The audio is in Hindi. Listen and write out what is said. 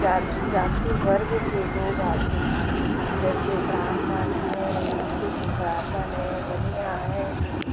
जात जाति वर्ग के लोग आते हैं जैसे ब्राह्मण है हिन्दू ब्राह्मण है बनिया है